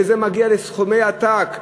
וזה מגיע לסכומי עתק.